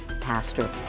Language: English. pastor